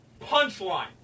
punchline